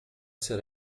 será